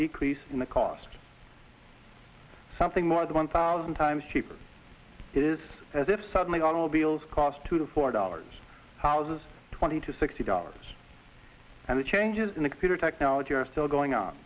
decrease in the cost something more than one thousand times cheaper it is as if suddenly automobiles cost two to four dollars houses twenty to sixty dollars and the changes in the computer technology are still going on